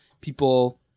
people